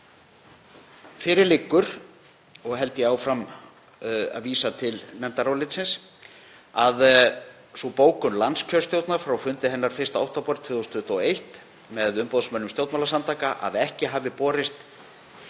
Fyrir liggur — og held ég áfram að vísa til nefndarálitsins — sú bókun landskjörstjórnar frá fundi hennar 1. október 2021 með umboðsmönnum stjórnmálasamtaka að ekki hafi „borist